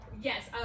yes